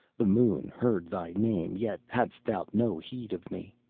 the moon heard thy name, yet hadst thou no heed of me.